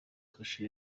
kasho